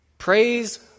Praise